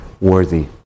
worthy